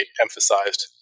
emphasized